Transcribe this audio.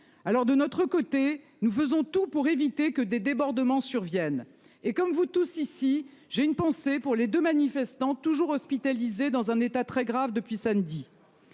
Alors, de notre côté, nous faisons tout pour éviter que des débordements surviennent et comme vous tous ici, j'ai une pensée pour les deux manifestants toujours hospitalisé dans un état très grave. Depuis samedi.